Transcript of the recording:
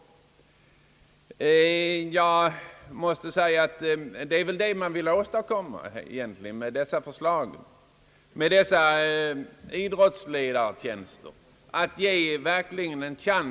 Jag måste säga att det väl är just detta man vill åstadkomma med exempelvis dessa idrottsledartjänster.